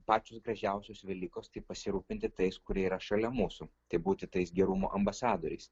pačios gražiausios velykos tai pasirūpinti tais kurie yra šalia mūsų tai būti tais gerumo ambasadoriais